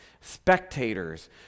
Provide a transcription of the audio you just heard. spectators